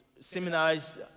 Seminars